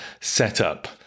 setup